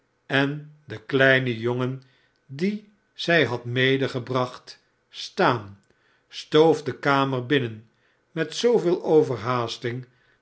en den kleinen jongen dien zij had medegebracht staan stoofdekamer binnen metzooveel overhaasting